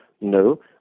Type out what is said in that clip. No